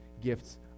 gifts